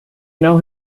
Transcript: know